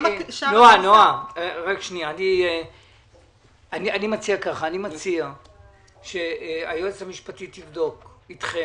--- אני מציע שהיועצת המשפטית תבדוק איתכם.